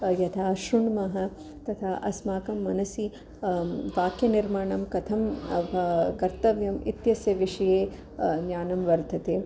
यथा श्रुण्मः तथा अस्माकं मनसि वाक्यनिर्माणं कथं कर्तव्यम् इत्यस्य विषये ज्ञानं वर्धते